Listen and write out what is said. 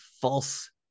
False